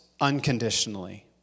unconditionally